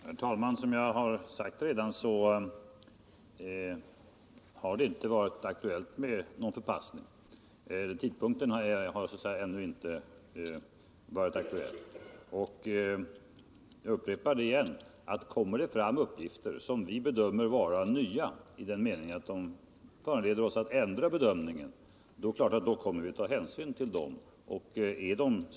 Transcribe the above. Herr talman! Som jag redan sagt har tidpunkten för den eventuella förpassningen av dessa människor inte varit aktuell. Jag upprepar, att 21 om det kommer fram uppgifter som vi bedömer vara nya i den meningen att de föranleder oss att ändra vår bedömning, så är det självklart att vi kommer att ta hänsyn till de uppgifterna.